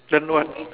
then what